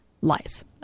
lies